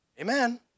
Amen